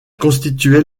constituait